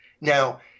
Now